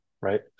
right